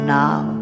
now